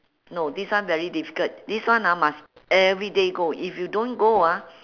no this one very difficult this one ah must everyday go if you don't go ah